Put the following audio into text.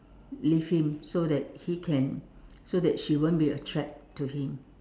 leave him so that he can so that she won't be attract to him